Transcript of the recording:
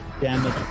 damage